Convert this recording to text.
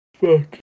Fuck